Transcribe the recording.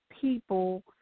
people